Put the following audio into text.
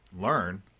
learn